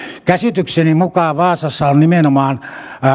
käsitykseni mukaan vaasassa on nimenomaan